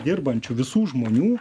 dirbančių visų žmonių